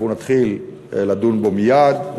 אנחנו נתחיל לדון בו מייד,